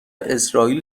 اسرائیل